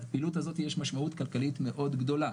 בפעילות הזאת יש משמעות כלכלית מאוד גדולה,